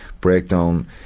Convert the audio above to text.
breakdown